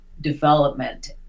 development